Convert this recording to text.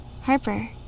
Harper